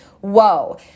whoa